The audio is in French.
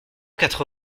quatre